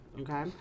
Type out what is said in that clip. okay